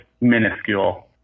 minuscule